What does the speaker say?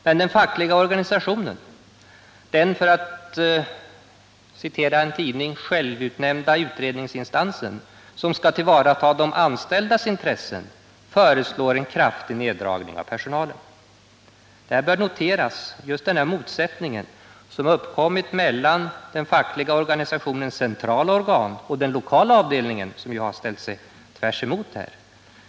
Men den fackliga organisationen, den — för att citera en tidning — ”självutnämnda utredningsinstansen”, som skall tillvarata de anställdas intressen, föreslår en kraftig neddragning av personalen. Detta bör noteras — just den motsättning som uppkommit mellan den fackliga organisationens centrala organ och den lokala avdelningen, som har sagt tvärtemot här.